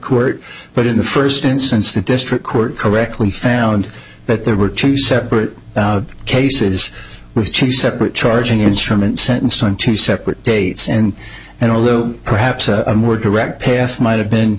court but in the first instance the district court correctly found that there were two separate cases with two separate charging instruments sentenced on two separate states and and although perhaps a more direct path might have been